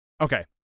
Okay